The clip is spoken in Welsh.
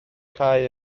cau